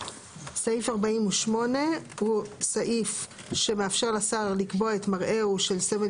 סעיף 48 הוא סעיף שמאפשר לשר לקבוע את מראהו של סמל